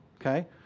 Okay